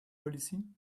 policy